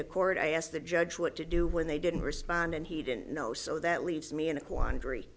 to court i asked the judge what to do when they didn't respond and he didn't know so that leaves me in a quandary